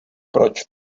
proč